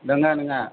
नङा नङा